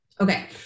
Okay